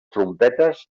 trompetes